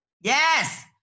Yes